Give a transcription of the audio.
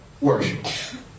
worship